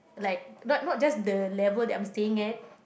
like not not just the level that I'm staying at